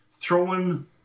Throwing